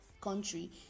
country